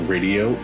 Radio